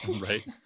right